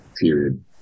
period